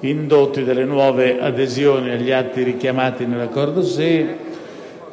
indotti dalle nuove adesioni agli atti richiamati nell'Accordo SEE.